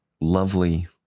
lovely